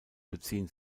beziehen